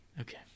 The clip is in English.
Okay